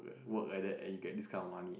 work like that and you get discount money